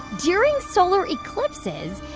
during solar eclipses,